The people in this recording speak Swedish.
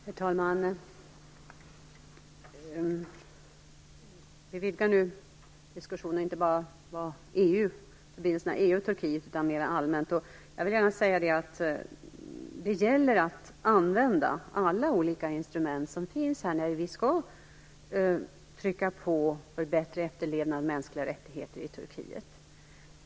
Herr talman! Vi vidgar nu diskussionen. Den handlar inte bara om förbindelsen mellan EU och Turkiet utan är mer allmän. Det gäller att använda alla de olika instrument som finns när vi skall trycka på för en bättre efterlevnad av mänskliga rättigheter i Turkiet.